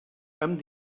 amb